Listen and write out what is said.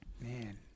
man